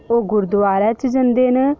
ओह् गुरुदुआरै जंदे न